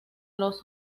los